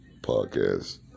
podcast